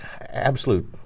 absolute